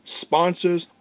sponsors